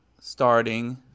starting